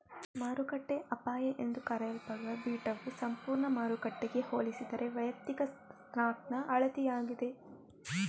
ಮಾರುಕಟ್ಟೆಯ ಅಪಾಯ ಎಂದೂ ಕರೆಯಲ್ಪಡುವ ಬೀಟಾವು ಸಂಪೂರ್ಣ ಮಾರುಕಟ್ಟೆಗೆ ಹೋಲಿಸಿದರೆ ವೈಯಕ್ತಿಕ ಸ್ಟಾಕ್ನ ಅಳತೆಯಾಗಿದೆ